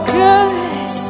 good